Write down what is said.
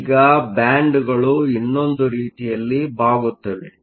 ಈಗ ಬ್ಯಾಂಡ್ಗಳು ಇನ್ನೊಂದು ರೀತಿಯಲ್ಲಿ ಬಾಗುತ್ತವೆ